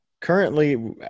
currently